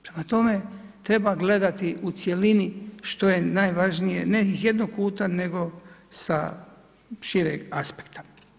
Prema tome, treba gledati u cjelini što je najvažnije ne iz jednog kuta nego sa šireg aspekta.